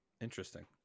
Interesting